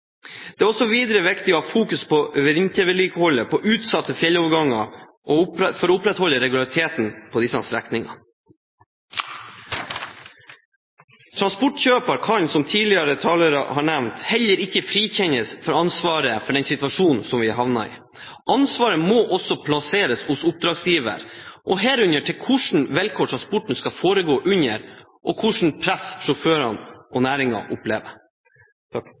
Det er videre også viktig å fokusere på vintervedlikeholdet på utsatte fjelloverganger for å opprettholde regulariteten på disse strekningene. Transportkjøper kan, som tidligere talere har nevnt, heller ikke frikjennes for ansvaret for den situasjonen vi har havnet i. Ansvaret må også plasseres hos oppdragsgiver, herunder hvilke vilkår transporten skal foregå under, og hvilket press sjåførene og næringen opplever.